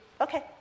okay